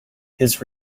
his